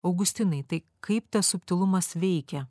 augustinai tai kaip tas subtilumas veikia